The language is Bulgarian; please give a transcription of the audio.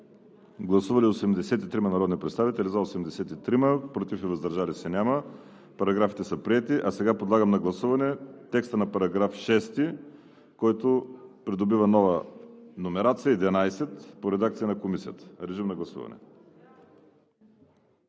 Гласували 83 народни представители: за 83, против и въздържали се няма. Параграфите са приети. А сега подлагам на гласуване текста на § 6, който придобива нова номерация 11 по редакция на Комисията. Гласували